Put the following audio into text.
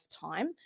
time